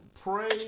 pray